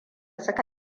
suka